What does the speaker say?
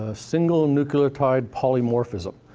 ah single nucleotide polymorphism,